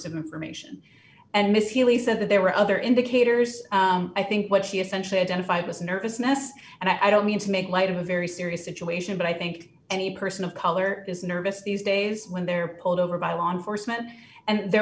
of information and miss healey said that there were other indicators i think what she essentially identified was nervous mess and i don't mean to make light of a very serious situation but i think any person of color is nervous these days when they're pulled over by law enforcement and there